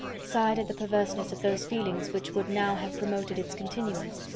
sighed at the perverseness of those feelings which would now have promoted its continuance,